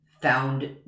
found